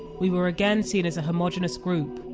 we were again seen as a homogenous group,